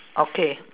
okay